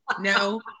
no